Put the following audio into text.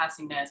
passingness